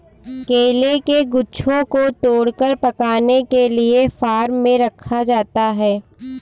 केले के गुच्छों को तोड़कर पकाने के लिए फार्म में रखा जाता है